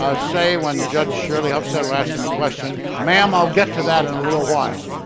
ah say when judge shirley upstead would asked him a question ma'am. i'll get to that in a little while.